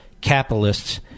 capitalists